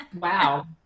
Wow